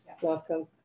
welcome